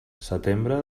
setembre